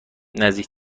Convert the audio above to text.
نزدیک